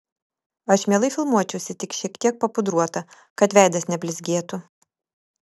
aš mielai filmuočiausi tik šiek tiek papudruota kad veidas neblizgėtų